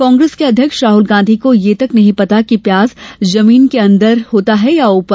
कांग्रेस के अध्यक्ष राहुल गांधी को तो यह तक नहीं पता कि प्याज जमीन के अंदर होता है या ऊपर